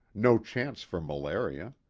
no chance for malaria